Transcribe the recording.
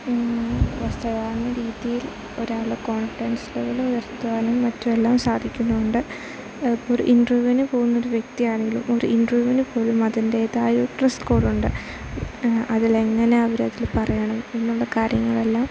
വസ്ത്രധാരണരീതിയിൽ ഒരാൾ confidence level ഉയർത്തുവാനും മറ്റെല്ലാം സാധിക്കുന്നുണ്ട് ഇപ്പോഴൊരു ഇൻ്റർവ്യൂവിന് പോകുന്ന ഒരു വ്യക്തിയാണെങ്കിലും ഒരു ഇൻ്റർവ്യൂവിനുപോലും അതിൻ്റെതായ ഒരു ഡ്രസ്സ് കോഡുണ്ട് അതിലെങ്ങനെ അവരതിൽ പറയണം എന്നുള്ള കാര്യങ്ങളെല്ലാം